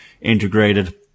integrated